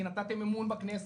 כי נתתם אמון בכנסת,